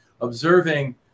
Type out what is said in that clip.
observing